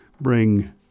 bring